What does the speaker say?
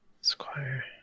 Squire